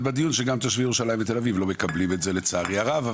בדיון שגם תושבי ירושלים ותל-אביב לא מקבלים את זה לצערי הרב.